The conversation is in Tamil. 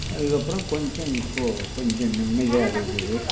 அதுக்கப்புறம் கொஞ்சம் இப்போது கொஞ்சம் நிம்மதியாக இருக்குது